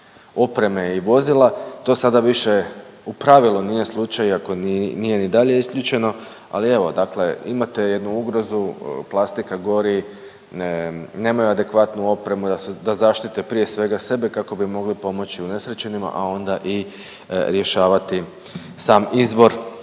opreme i vozila, to sada više u pravilu nije slučaj iako nije i dalje isključeno, ali evo imate jednu ugrozu plastika gori, nemaju adekvatnu opremu da zaštite prije kako bi mogli pomoći unesrećenima, a onda i rješavati sam izvor